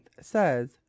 says